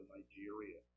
Nigeria